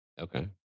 Okay